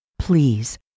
Please